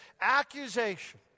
Accusation